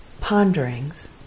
ponderings